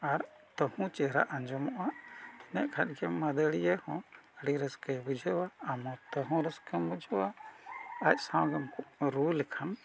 ᱟᱨ ᱛᱟᱺᱦᱩ ᱪᱮᱦᱨᱟ ᱟᱸᱡᱚᱢᱚᱜᱼᱟ ᱤᱱᱟᱹᱜ ᱠᱷᱟᱱᱜᱮ ᱢᱟᱹᱫᱟᱲᱤᱭᱟᱹ ᱦᱚᱸ ᱟᱹᱰᱤ ᱨᱟᱹᱥᱠᱟᱹᱭ ᱵᱩᱡᱷᱟᱹᱣᱟ ᱟᱢ ᱢᱚᱛᱚ ᱦᱚᱸ ᱨᱟᱹᱥᱠᱟᱹᱢ ᱵᱩᱡᱷᱟᱹᱣᱟ ᱟᱡ ᱥᱟᱶᱜᱮᱢ ᱨᱩ ᱞᱮᱠᱷᱟᱱ